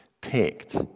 picked